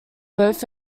both